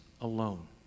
alone